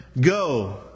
go